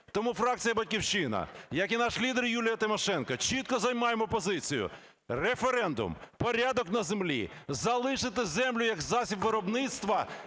Тому фракція "Батьківщина", як і наш лідер Юлія Тимошенко, чітко займаємо позицію: референдум, порядок на землі, залишити землю як засіб виробництва